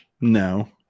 No